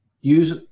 use